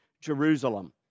Jerusalem